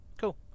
cool